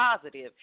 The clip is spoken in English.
positive